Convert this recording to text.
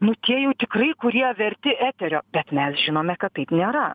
nu tie jau tikrai kurie verti eterio bet mes žinome kad taip nėra